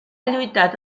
lluitat